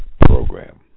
program